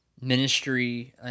ministry